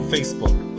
Facebook